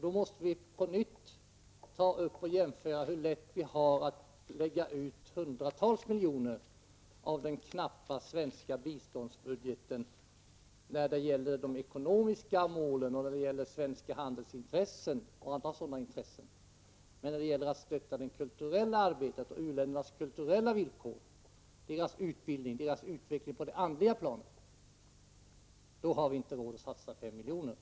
Då måste vi på nytt konstatera hur lätt vi har att lägga ut hundratals miljoner av den knappa svenska biståndsbudgeten för ekonomiska mål och för svenska handelsintressen. Men när det gäller att stötta det kulturella arbetet och u-ländernas kulturella villkor, utbildning och utveckling på det andliga planet har vi inte råd att satsa 5 miljoner.